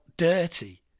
dirty